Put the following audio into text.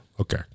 Okay